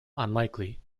unlikely